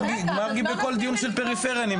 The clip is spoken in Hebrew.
מרגי נמצא בכל דיון של פריפריה,